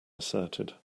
asserted